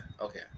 okay